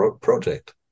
project